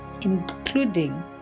including